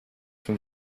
from